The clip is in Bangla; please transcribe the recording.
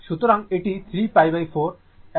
সুতরাং এটি 3π4 এবং এটি 2π